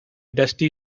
dusty